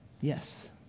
Yes